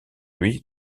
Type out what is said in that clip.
lui